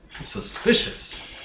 suspicious